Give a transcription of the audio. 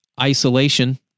isolation